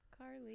Carly